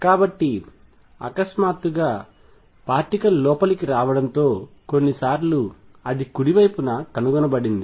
కాబట్టి పార్టికల్ అకస్మాత్తుగా లోపలికి రావడంతో కొన్నిసార్లు అది కుడి వైపున కనుగొనబడింది